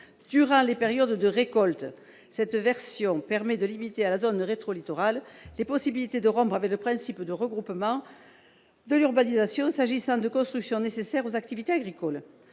durant les périodes de récoltes. Cette version permet de limiter à la zone rétro-littorale les possibilités de rompre avec le principe de regroupement de l'urbanisation s'agissant des constructions nécessaires aux activités agricoles.